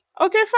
Okay